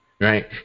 right